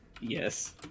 Yes